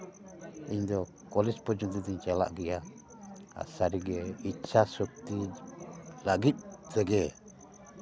ᱤᱧᱫᱚ ᱠᱚᱞᱮᱡᱽ ᱯᱚᱨᱡᱚᱱᱛᱚ ᱫᱚᱧ ᱪᱟᱞᱟᱜ ᱜᱮᱭᱟ ᱟᱨ ᱥᱟᱹᱨᱤᱜᱮ ᱤᱪᱪᱷᱟ ᱥᱚᱠᱛᱤ ᱞᱟᱹᱜᱤᱫ ᱛᱮᱜᱮ